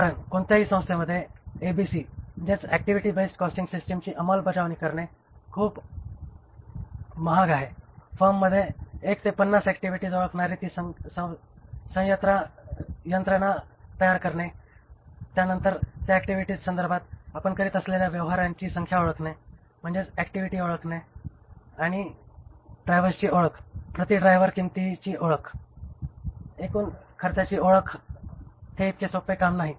कारण कोणत्याही संस्थेमध्ये एबीसी ऍक्टिव्हिटी बेस्ड कॉस्टिंग सिस्टमची अंमलबजावणी करणे खूप महाग आहे फर्ममध्ये सर्व 1 ते 50 ऍक्टिव्हिटी ओळखणारी ती यंत्रणा तयार करणे त्यानंतर त्या ऍक्टिव्हिटीजसंदर्भात आपण करीत असलेल्या व्यवहारांची संख्या ओळखणे म्हणजेच ऍक्टिव्हिटी ओळखणे ड्रायव्हर्सची ओळख प्रति ड्रायव्हर किंमतीची ओळख एकूण खर्चाची ओळख हे इतके सोपे काम नाही